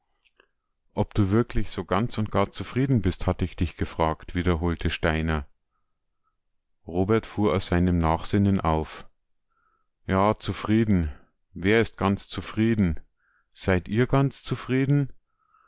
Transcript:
ob du wirklich so ganz und gar zufrieden bist hatt ich dich gefragt wiederholte steiner robert fuhr aus seinem nachsinnen auf ja zufrieden wer ist ganz zufrieden seid ihr ganz zufrieden